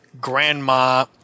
grandma